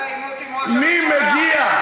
מי מגיע,